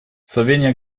словения